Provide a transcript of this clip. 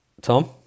Tom